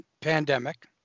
pandemic